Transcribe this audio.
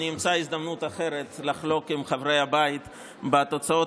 אני אמצא הזדמנות אחרת לחלוק עם חברי הבית את תוצאות